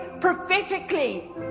prophetically